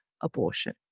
abortion